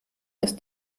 ist